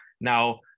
now